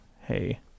Hey